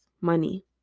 money